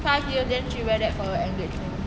five year then she wear that for her engagement